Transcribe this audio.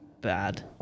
Bad